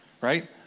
right